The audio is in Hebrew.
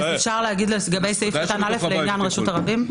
אז ננסח את זה "לעניין רשות הרבים".